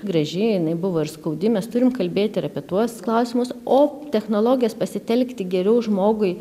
graži jinai buvo ir skaudi mes turim kalbėti ir apie tuos klausimus o technologijas pasitelkti geriau žmogui